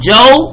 Joe